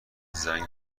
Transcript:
زنگ